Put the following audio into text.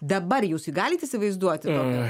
dabar jūs galit įsivaizduot tokią